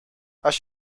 als